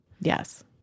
Yes